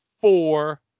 four